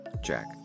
Jack